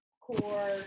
Core